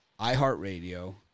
iHeartRadio